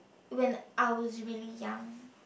when I was really young